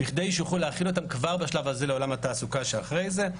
כדי שיוכלו להכין אותם כבר בשלב הזה לעולם התעסוקה של אחרי זה,